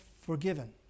forgiven